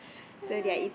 yeah